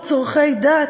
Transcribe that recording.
כמו צורכי הדת,